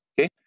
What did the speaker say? Okay